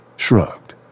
Shrugged